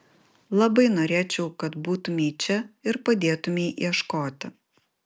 labai norėčiau kad būtumei čia ir padėtumei ieškoti